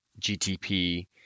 GTP